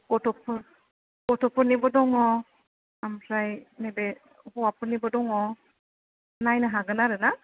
गथ'फोर गथ'फोरनिबो दङ ओमफ्राय नैबे हौवाफोरनिबो दङ नायनो हागोन आरोना